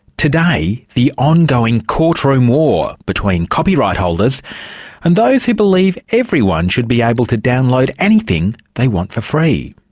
today, the ongoing courtroom war between copyright holders and those who believe everyone should be able to download anything they want for free.